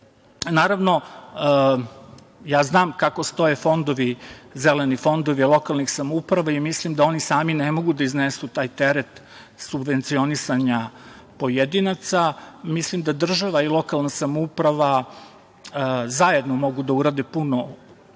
ja znam kako stoje fondovi, zeleni fondovi lokalnih samouprava i mislim da oni sami ne mogu da iznesu taj teret subvencionisanja pojedinaca. Mislim da država i lokalna samouprava zajedno mogu da urade puno